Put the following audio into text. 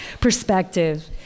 perspective